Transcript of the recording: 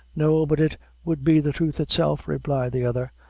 no, but it would be the truth itself, replied the other.